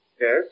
Yes